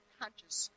conscious